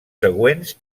següents